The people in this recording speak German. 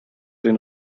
den